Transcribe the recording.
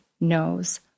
knows